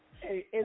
hey